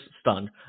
stunned